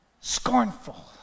scornful